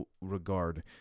regard